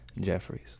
Jeffries